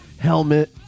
Helmet